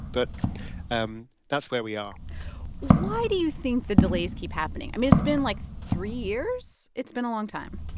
but um that's where we are why do you think the delays keep happening? i mean, it's been, like, three years. it's been a long time